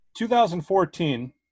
2014